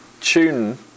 tune